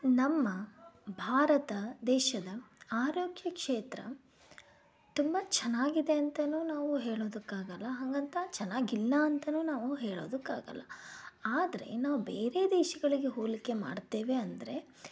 ನಮ್ಮ ಭಾರತ ದೇಶದ ಆರೋಗ್ಯ ಕ್ಷೇತ್ರ ತುಂಬ ಚೆನ್ನಾಗಿದೆ ಅಂತನೂ ನಾವು ಹೇಳೋದಕ್ಕೆ ಆಗಲ್ಲ ಹಾಗಂತ ಚೆನ್ನಾಗಿಲ್ಲ ಅಂತನೂ ನಾವು ಹೇಳೋದಕ್ಕೆ ಆಗಲ್ಲ ಆದರೆ ನಾವು ಬೇರೆ ದೇಶಗಳಿಗೆ ಹೋಲಿಕೆ ಮಾಡ್ತೇವೆ ಅಂದರೆ